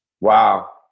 Wow